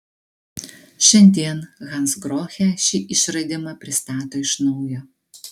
šiandien hansgrohe šį išradimą pristato iš naujo